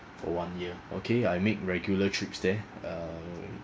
for one year okay I make regular trips there uh